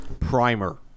Primer